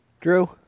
Drew